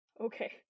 Okay